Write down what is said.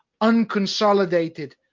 unconsolidated